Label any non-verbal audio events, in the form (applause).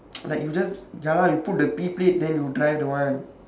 (noise) like you just ya lah you put the p plate then you drive that one